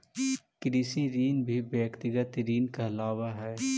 कृषि ऋण भी व्यक्तिगत ऋण कहलावऽ हई